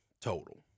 total